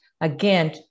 Again